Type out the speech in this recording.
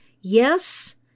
Yes